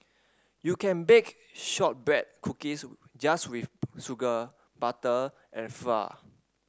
you can bake shortbread cookies just with sugar butter and flour